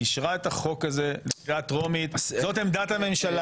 אין על זה הגבלה, אין תקרה.